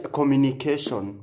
communication